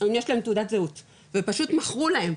אם יש להם תעודת זהות ופשוט מכרו להם,